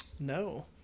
No